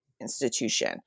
institution